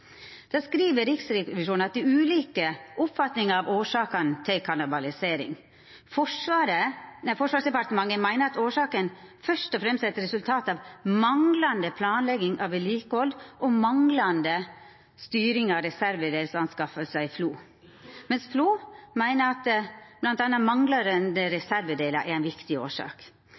Riksrevisjonen skriv: «Det er ulike oppfatninger av årsakene til «kannibalisering». Forsvarsdepartementet mener at årsaken først og fremst er resultat av manglende planlegging av vedlikehold og manglende styring av reservedelsanskaffelser i FLO. FLO Maritime kapasiteter mener at blant annet manglende reservedeler er en viktig årsak.